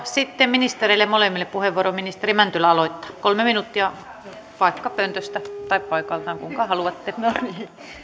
sitten molemmille ministereille puheenvuoro ministeri mäntylä aloittaa kolme minuuttia vaikka pöntöstä tai paikalta kuinka haluatte